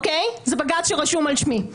זה בג"ץ שרשום על שמי.